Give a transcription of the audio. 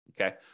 Okay